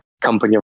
company